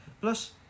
plus